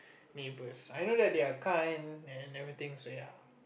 neighbors I know that they are kind and and everything so ya